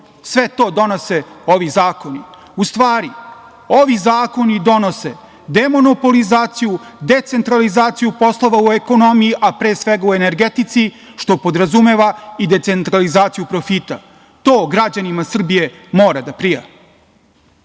Sve to donose ovi zakoni. U stvari, ovi zakoni donose demonopolizaciju, decentralizaciju poslova u ekonomiji, a pre svega u energetici, što podrazumeva i decentralizaciju profita. To građanima Srbije mora da prija. Ako